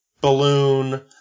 balloon